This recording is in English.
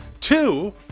two